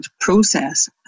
process